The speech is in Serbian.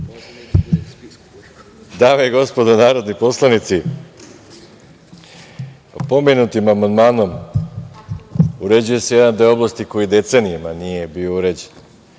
Dame i gospodo, narodni poslanici, pomenutim amandmanom uređuje se jedan deo oblasti koji decenijama nije bio uređen,